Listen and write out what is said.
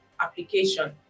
application